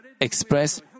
express